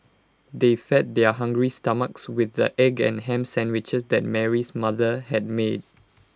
they fed their hungry stomachs with the egg and Ham Sandwiches that Mary's mother had made